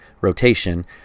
rotation